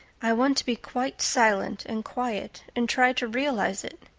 i want to be quite silent and quiet and try to realize it.